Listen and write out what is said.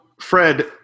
Fred